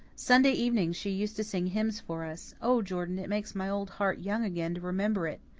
sunday evening she used to sing hymns for us. oh, jordan, it makes my old heart young again to remember it.